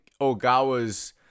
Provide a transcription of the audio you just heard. Ogawa's